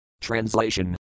Translation